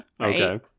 Okay